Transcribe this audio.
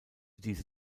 diese